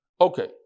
Okay